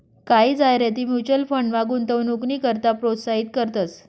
कायी जाहिराती म्युच्युअल फंडमा गुंतवणूकनी करता प्रोत्साहित करतंस